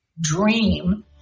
dream